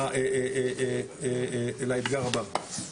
לאתגר הבא.